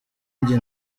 njye